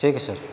ٹھیک ہے سر